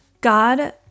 God